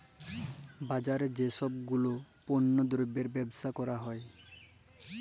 বাজারে যেই সব গুলাপল্য দ্রব্যের বেবসা ক্যরা হ্যয়